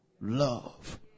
love